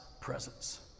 presence